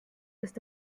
ist